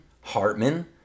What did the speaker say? Hartman